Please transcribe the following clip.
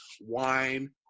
wine